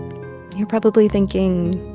you're probably thinking,